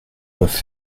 doivent